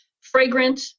fragrant